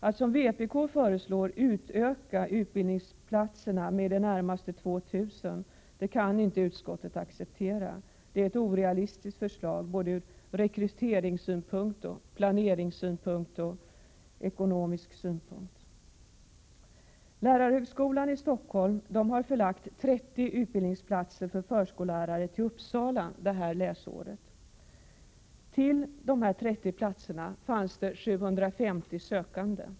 Att som vpk föreslår utöka antalet utbildningsplatser med i det närmaste 2 000 kan inte utskottet acceptera. Det är ett ur rekryteringssynpunkt, planeringssynpunkt och ekonomisk synpunkt orealistiskt förslag. Lärarhögskolan i Stockholm har förlagt 30 utbildningsplatser för förskollärare till Uppsala detta läsår. Till dessa 30 platser fanns 750 sökande.